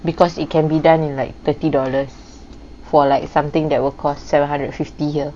because it can be done in like thirty dollars for like something that will cost seven hundred and fifty here